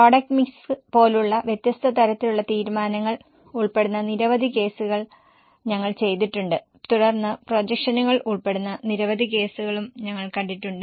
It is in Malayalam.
പ്രൊഡക്റ്റ് മിക്സ് പോലുള്ള വ്യത്യസ്ത തരത്തിലുള്ള തീരുമാനങ്ങൾ ഉൾപ്പെടുന്ന നിരവധി കേസുകൾ ഞങ്ങൾ ചെയ്തിട്ടുണ്ട് തുടർന്ന് പ്രൊജക്ഷനുകൾ ഉൾപ്പെടുന്ന നിരവധി കേസുകളും ഞങ്ങൾ കണ്ടിട്ടുണ്ട്